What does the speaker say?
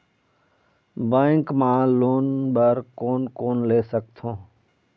Bank मा loan बर कोन कोन ले सकथों?